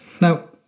Now